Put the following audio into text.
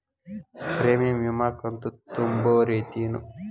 Premium ವಿಮಾ ಕಂತು ತುಂಬೋ ರೇತಿ ಏನು?